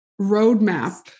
roadmap